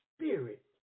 spirit